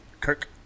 Kirk